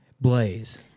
Blaze